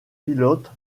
pilote